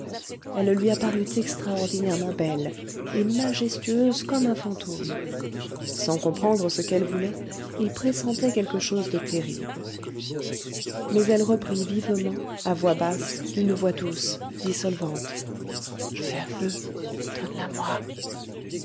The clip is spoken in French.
elle lui apparut extraordinairement belle et majestueuse comme un fantôme sans comprendre ce qu'elle voulait il pressentait quelque chose de terrible mais elle reprit vivement à voix basse d'une voix douce dissolvante je la veux